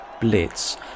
Blitz